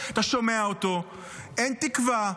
אתה שומע אותו אין תקווה,